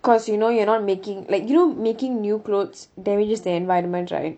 because you know you're not making like you know making new clothes damages the environment right